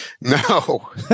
No